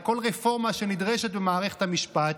לכל רפורמה שנדרשת במערכת המשפט.